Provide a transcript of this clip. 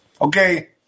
Okay